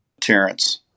Terrence